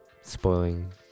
spoiling